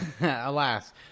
alas